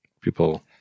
people